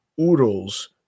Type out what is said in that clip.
oodles